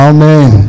Amen